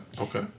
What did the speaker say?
Okay